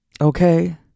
Okay